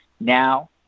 now